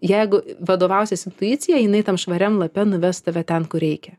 jeigu vadovausis intuicija jinai tam švariam lape nuves tave ten kur reikia